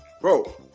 Bro